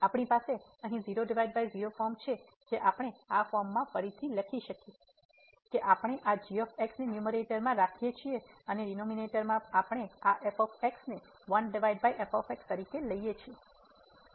તેથી આપણી પાસે અહીં 00 ફોર્મ છે જે આપણે આ ફોર્મમાં ફરીથી લખી શકીએ છીએ કે આપણે આ g ને ન્યૂમેરેટર માં રાખીએ છીએ અને ડીનોમિનેટર માં આપણે આ f ને 1 f તરીકે લઈએ છીએ